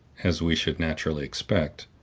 as we should naturally expect,